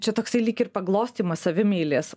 čia toksai lyg ir paglostymas savimeilės